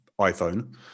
iphone